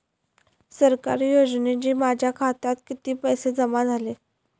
सरकारी योजनेचे माझ्या खात्यात किती पैसे जमा झाले?